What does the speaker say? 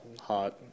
hot